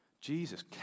Jesus